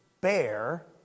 bear